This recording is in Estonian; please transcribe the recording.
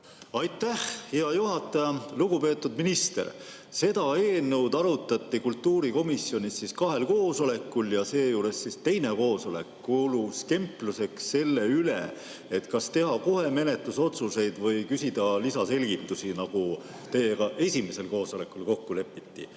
Aitäh, hea juhataja! Lugupeetud minister! Seda eelnõu arutati kultuurikomisjonis kahel koosolekul ja seejuures teine koosolek kulus kempluseks selle üle, kas teha kohe menetlusotsused või küsida lisaselgitusi, nagu teiega esimesel koosolekul kokku lepiti.